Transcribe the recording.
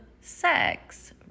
sex